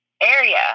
area